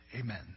Amen